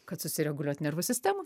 kad susireguliuot nervų sistemą